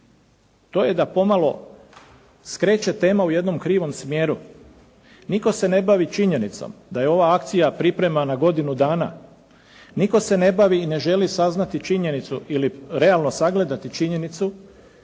to je da pomalo skreće tema u jednom krivom smjeru. Nitko se ne bavi činjenicom da je ova akcija pripremana godinu dana. Nitko se ne bavi i ne želi saznati činjenicu ili realno sagledati činjenicu